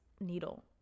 needle